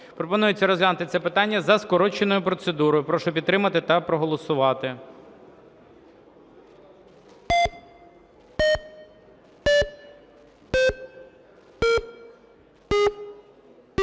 Пропонується розглянути це питання за скороченою процедурою. Прошу підтримати та проголосувати.